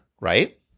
right